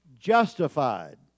justified